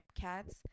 cats